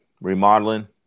remodeling